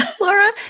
Laura